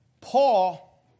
Paul